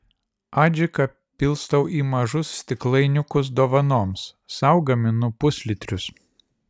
adžiką pilstau į mažus stiklainiukus dovanoms sau gaminu puslitrius